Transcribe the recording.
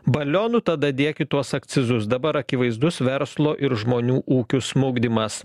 balionų tada dėkit tuos akcizus dabar akivaizdus verslo ir žmonių ūkių smukdymas